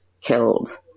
killed